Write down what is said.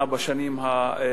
האחרונה, בשנים האחרונות.